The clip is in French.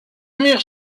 murs